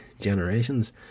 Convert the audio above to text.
generations